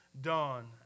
done